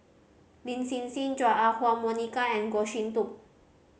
Lin Hsin Hsin Chua Ah Huwa Monica and Goh Sin Tub